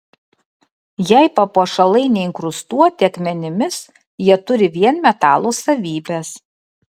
jei papuošalai neinkrustuoti akmenimis jie turi vien metalo savybes